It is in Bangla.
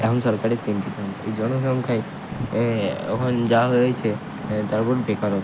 এখন সরকারের তিনটি নিয়ম এই জনসংখ্যাই এখন যা হয়েছে তারপর বেকারত্ব